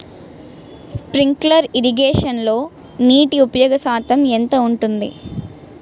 Sprinkler ఇరగేషన్లో నీటి ఉపయోగ శాతం ఎంత ఉంటుంది?